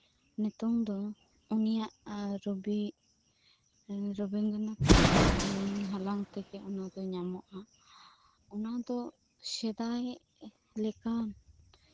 ᱢᱮᱱᱠᱷᱟᱱ ᱱᱤᱛᱚᱝ ᱫᱚ ᱩᱱᱤᱭᱟᱜ ᱨᱚᱵᱤ ᱨᱚᱵᱤᱱᱫᱚᱨᱚᱱᱟᱛᱷ ᱴᱷᱟᱠᱩᱨᱟᱜ ᱧᱩᱢ ᱦᱟᱞᱟᱝ ᱛᱮᱜᱮ ᱚᱱᱟ ᱧᱟᱢᱚᱜᱼᱟ ᱚᱱᱟᱫᱚ ᱥᱮᱫᱟᱭ ᱞᱮᱠᱟ